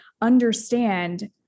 understand